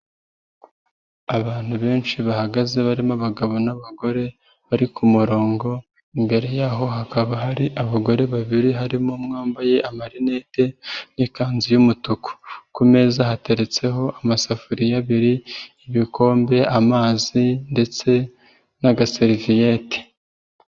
Abantu benshi bahagaze barimo abagabo n'abagore bari kumurongo, imbere yaho hakaba hari abagore babiri harimo umwe wambaye amarineti n'ikanzu y'umutuku, ku meza hateretseho amasafuriya abiri, ibikombe, amazi ndetse n'agaseriviyete.